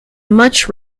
much